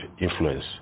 influence